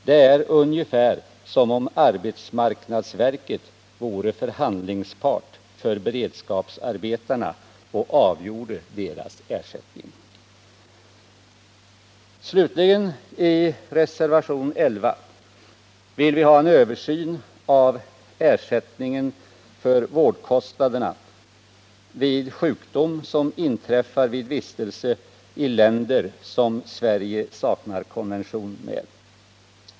Det är ungefär som om arbetsmarknadsverket vore förhandlingspart för beredskapsarbetarna och avgjorde deras ersättning. Slutligen vill vi i reservationen 11 ha en översyn av ersättningen för vårdkostnaderna vid sjukdom som inträffar vid vistelse i länder som Sverige saknar konvention med.